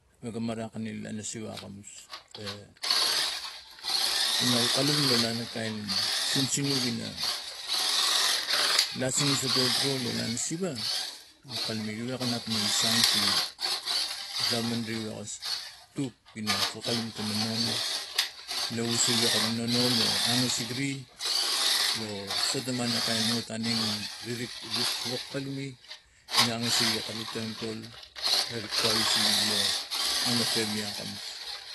We ga marakani lana siva akamus e in akalum lana kain sinsinut ina lasinge si siva do tru lo lana siva lo kalume gewak gun nup we soun sege gopman ri vakas tuk ina akalkalum tona non in osege kana nonol or angasik ne loso ta man na hot aneng rik wok kalume ina angasik akari tongintol arik pou sege lo mana pamili akamus.